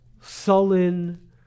sullen